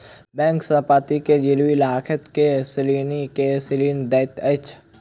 bank संपत्ति के गिरवी राइख के ऋणी के ऋण दैत अछि